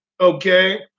okay